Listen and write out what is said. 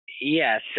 Yes